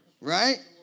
right